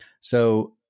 So-